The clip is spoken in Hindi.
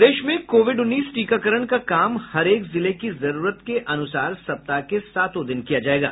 प्रदेश में कोविड उन्नीस टीकाकरण का काम हरेक जिले की जरूरत के अनुसार सप्ताह के सातों दिन किया जाएगा